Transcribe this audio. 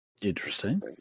Interesting